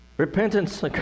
repentance